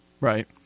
Right